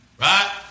Right